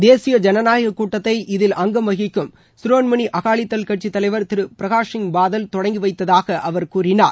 தேசிய ஜனநாயகக் கூட்டத்தை இதில் அங்கம் வகிக்கும் சிரோன்மணி அக்காளிதழ் கட்சி தலைவர் திரு பிரகாத் சிங் பாதல் தொடங்கி வைத்ததாக அவர் கூறினார்